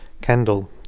Kendall